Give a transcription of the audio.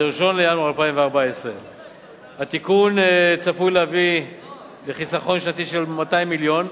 1 בינואר 2014. צפוי שהתיקון יביא לחיסכון שנתי של 200 מיליון.